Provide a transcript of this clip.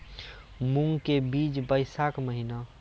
मूंग के बीज बैशाख महीना